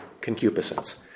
Concupiscence